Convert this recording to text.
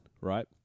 Right